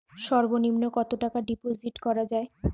সর্ব নিম্ন কতটাকা ডিপোজিট করা য়ায়?